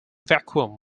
vacuum